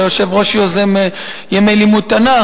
והיושב-ראש יוזם ימי לימוד תנ"ך,